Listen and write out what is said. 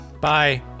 Bye